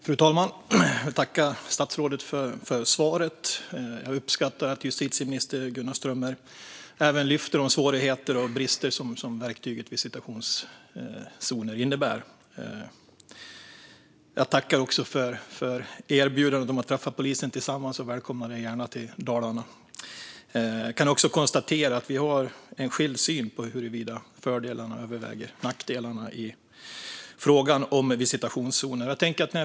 Fru talman! Jag tackar justitieminister Gunnar Strömmer för svaret. Jag uppskattar att han även lyfter fram de svårigheter och brister som verktyget visitationszoner innebär. Jag tackar också för erbjudandet om att träffa polisen tillsammans, och jag välkomnar honom gärna till Dalarna. Jag kan också konstatera att vi har olika syn på huruvida fördelarna överväger nackdelarna i frågan om visitationszoner.